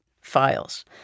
files